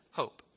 hope